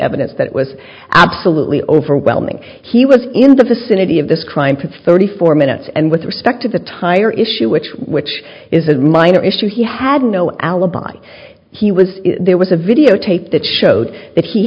evidence that was absolutely overwhelming he was in the vicinity of this crime to thirty four minutes and with respect to the tire issue which which is a minor issue he had no alibi he was there was a videotape that showed that he